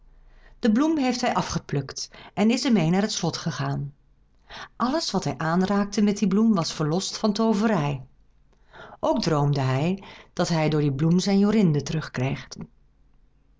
de bloem heeft hij afgeplukt en is er mee naar het slot gegaan alles wat hij aanraakte met die bloem was verlost van tooverij ook droomde hij dat hij door die bloem zijn jorinde